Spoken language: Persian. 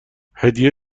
هدیه